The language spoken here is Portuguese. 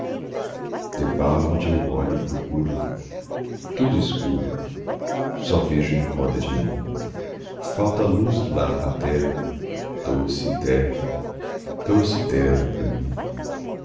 eu olho e procuro tudo escuro só vejo em roda de mim falta a luz do lar paterno doce e terno doce e terno para mim